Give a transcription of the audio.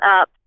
up